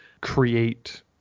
create